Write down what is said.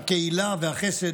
הקהילה והחסד,